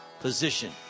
position